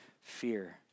fear